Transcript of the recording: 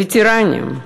לווטרנים,